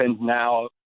now